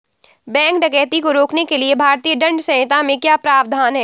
bank डकैती को रोकने के लिए भारतीय दंड संहिता में क्या प्रावधान है